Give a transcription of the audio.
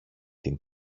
την